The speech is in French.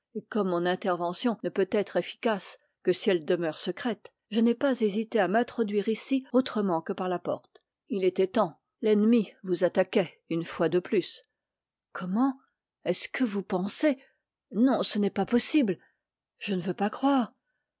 comme mon intervention ne peut être efficace que si elle demeure secrète je n'ai pas hésité à m'introduire ici autrement que par la porte il était temps ainsi que vous le disiez l'ennemi vous attaquait une fois de plus comment est-ce que vous pensez non ce n'est pas possible je ne veux pas croire